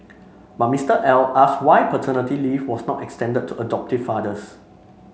but Mister L asked why paternity leave was not extended to adoptive fathers